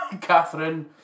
Catherine